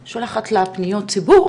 אני שולחת לה פניות ציבור,